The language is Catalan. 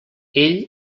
ell